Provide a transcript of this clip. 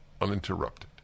Uninterrupted